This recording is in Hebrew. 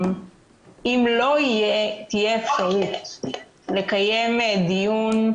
אם לא תהיה אפשרות לקיים דיון,